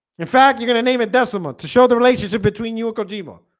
in fact you're gonna name it decimal to show the relationship between you or kojima